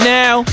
now